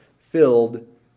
filled